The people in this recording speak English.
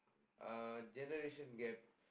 uh generation gap